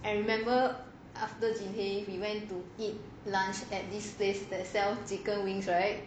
I remember after jinhae we went to eat lunch at this place that sells chicken wings right